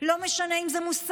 לא משנה אם זה מוסרי,